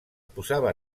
posava